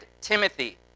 Timothy